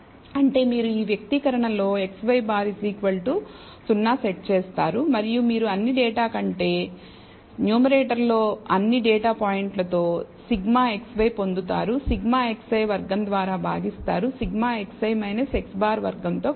అంటే మీరు ఈ వ్యక్తీకరణలో x̅y̅ 0 సెట్ చేసారు మరియు మీరు అన్ని డేటా కంటే న్యూమరేటర్లో అన్ని డేటా పాయింట్లతో σxy పొందుతారు σxi వర్గం ద్వారా భాగిస్తారు σ xi x̅ వర్గంతో కాదు